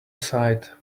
sight